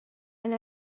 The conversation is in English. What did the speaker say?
and